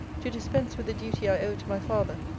to dispense with the duty i owe to my father,